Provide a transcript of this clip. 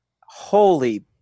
holy